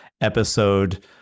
episode